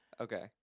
Okay